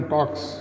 Talks